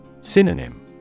Synonym